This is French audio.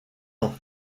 ans